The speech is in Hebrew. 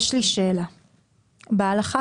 הסתייגות מספר 12. בסעיף 1 להצעת החוק,